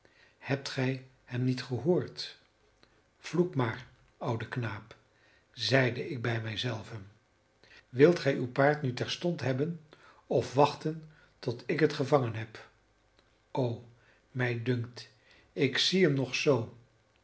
hebt gij hem niet gehoord vloek maar oude knaap zeide ik bij mij zelven wilt gij uw paard nu terstond hebben of wachten tot ik het gevangen heb o mij dunkt ik zie hem nog zoo